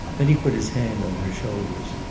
then he put his hand on her shoulders.